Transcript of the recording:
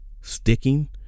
sticking